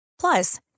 Plus